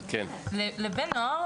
עבור בני נוער,